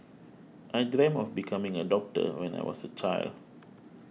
I dreamt of becoming a doctor when I was a child